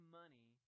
money